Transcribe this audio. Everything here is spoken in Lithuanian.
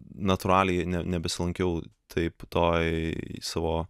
natūraliai nebesilankiau tai toj savo